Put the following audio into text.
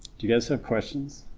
do you guys have questions